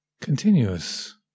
continuous